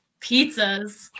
pizzas